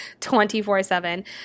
24-7